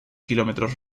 kilómetros